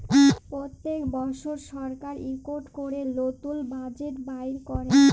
প্যত্তেক বসর সরকার ইকট ক্যরে লতুল বাজেট বাইর ক্যরে